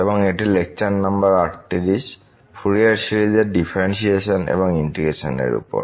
এবং এটি lecture number 38 Fourier সিরিজের ডিফারেন্শিয়েশন এবং ইন্টিগ্রেশন এর উপর